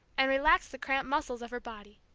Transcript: and relaxed the cramped muscles of her body.